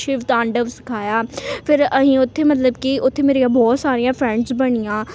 ਸ਼ਿਵ ਤਾਂਡਵ ਸਿਖਾਇਆ ਫਿਰ ਅਸੀਂ ਉੱਥੇ ਮਤਲਬ ਕਿ ਉੱਥੇ ਮੇਰੀਆਂ ਬਹੁਤ ਸਾਰੀਆਂ ਫ੍ਰੈਂਡਸ ਬਣੀਆਂ